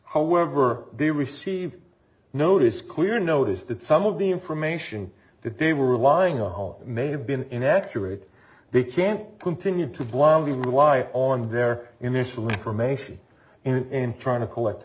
however they receive notice clear notice that some of the information that they were relying on may have been inaccurate they can't continue to blindly rely on their initial information in trying to collect